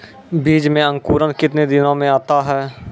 बीज मे अंकुरण कितने दिनों मे आता हैं?